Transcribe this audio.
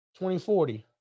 2040